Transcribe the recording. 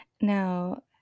Now